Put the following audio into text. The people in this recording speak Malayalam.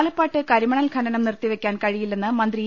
ആലപ്പാട് കരിമണൽ ഖനനം നിർത്തിവെക്കാൻ കഴിയില്ലെന്ന് മന്ത്രി ഇ